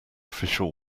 official